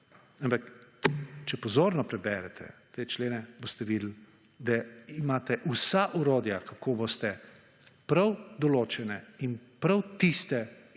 če pozorno preberete te člene boste videli, da imate vsa orodja kako boste prav določene in prav tiste